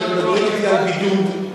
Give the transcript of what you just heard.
כשמדברים אתי על בידוד,